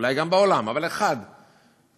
אולי גם בעולם, אבל אחד לתימנים.